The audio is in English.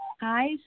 Hi